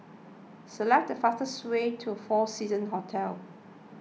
select the fastest way to four Seasons Hotel